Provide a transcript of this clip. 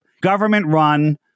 government-run